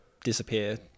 disappear